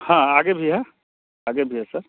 हाँ आगे भी है आगे भी है सर